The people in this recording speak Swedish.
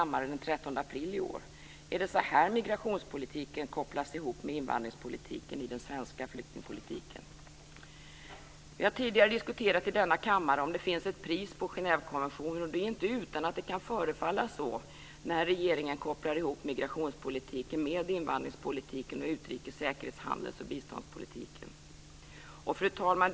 13 april i år. Är det så här migrationspolitiken kopplas ihop med invandringspolitiken i den svenska flyktingpolitiken? Vi har tidigare diskuterat i denna kammare om det finns ett pris på Genèvekonventionen. Det är ju inte utan att det kan förefalla så när regeringen kopplar ihop migrationspolitiken med invandringspolitiken och utrikes-, säkerhets-, handels och biståndspolitiken. Fru talman!